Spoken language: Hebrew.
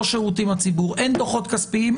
לא שירותים לציבור אין דוחות כספיים,